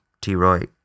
T-Roy